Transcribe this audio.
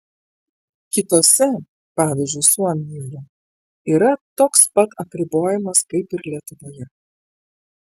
kitose pavyzdžiui suomijoje yra toks pat apribojimas kaip ir lietuvoje